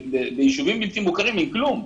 ביישובים בלתי מוכרים אין כלום,